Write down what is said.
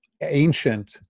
ancient